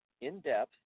in-depth